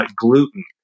gluten